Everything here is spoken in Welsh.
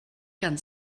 gan